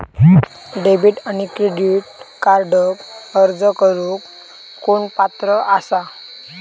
Debit आणि credit कार्डक अर्ज करुक कोण पात्र आसा?